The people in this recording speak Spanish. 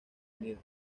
unidos